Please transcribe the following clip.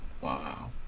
Wow